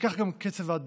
וכך גם קצב ההדבקה.